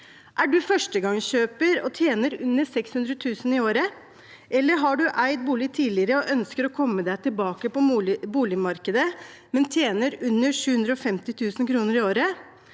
Er man førstegangskjøper og tjener under 600 000 kr i året, eller har eid bolig tidligere og ønsker å komme tilbake på boligmarkedet, men tjener under 750 000 kr i året,